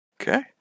Okay